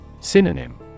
Synonym